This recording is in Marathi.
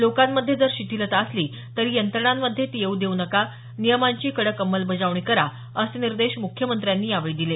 लोकांमध्ये जरी शिथिलता आली असली तरी यंत्रणांमध्ये ती येऊ देऊ नका नियमांची कडक अंमलबजावणी करा असे निर्देश मुख्यमंत्र्यांनी यावेळी दिले